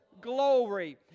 glory